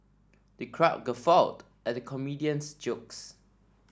the crowd guffawed at the comedian's jokes